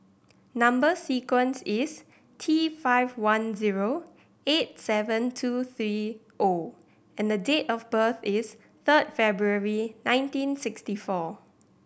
number sequence is T five one zero eight seven two three O and date of birth is third February nineteen sixty four